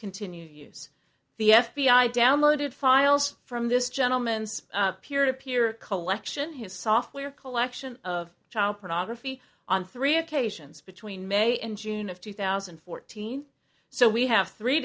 discontinue the f b i downloaded files from this gentlemen's peer to peer collection his software collection of child pornography on three occasions between may and june of two thousand and fourteen so we have three